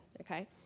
okay